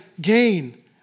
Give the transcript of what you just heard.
gain